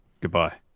Goodbye